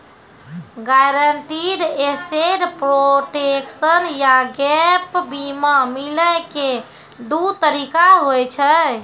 guaranteed asset protection या gap बीमा मिलै के दु तरीका होय छै